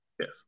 Yes